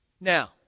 Now